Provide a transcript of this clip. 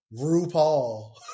RuPaul